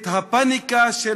את הפניקה של